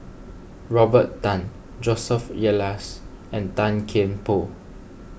Robert Tan Joseph Elias and Tan Kian Por